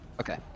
okay